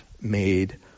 made